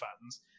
fans